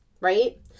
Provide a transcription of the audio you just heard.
right